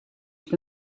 for